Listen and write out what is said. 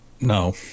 No